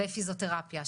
ופיזיותרפיה,